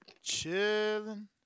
Chilling